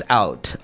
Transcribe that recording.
out